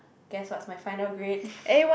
guess what's my final grade